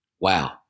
Wow